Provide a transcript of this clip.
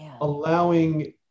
allowing